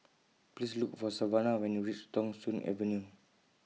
Please Look For Savanna when YOU REACH Thong Soon Avenue